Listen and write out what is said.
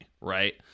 right